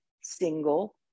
single